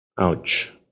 Ouch